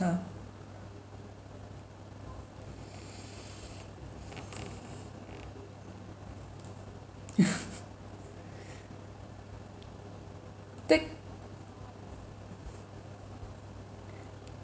uh take